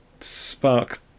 spark